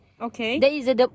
Okay